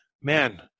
man